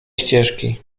ścieżki